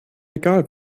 egal